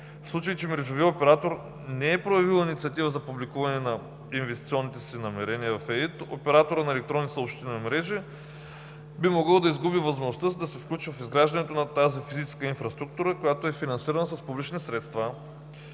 В случай че мрежовият оператор не е проявил инициатива за публикуване на инвестиционните си намерения в ЕИТ, операторът на електронните съобщителни мрежи би могъл да изгуби възможността, за да се включи в изграждането на тази физическа инфраструктура, която е финансирана с публични средства.